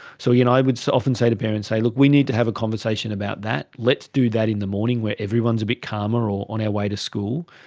so you know i would so often say to parents, say, look, we need to have a conversation about that, let's do that in the morning when everyone is a bit calmer or on our way to school,